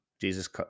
Jesus